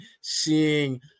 seeing –